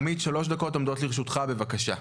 עמית, שלוש דקות עומדות לרשותך, בבקשה.